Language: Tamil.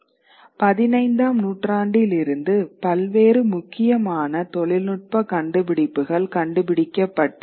15 ஆம் நூற்றாண்டிலிருந்து பல்வேறு முக்கியமான தொழில்நுட்ப கண்டுபிடிப்புகள் கண்டுபிடிக்கப்பட்டன